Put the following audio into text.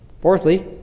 Fourthly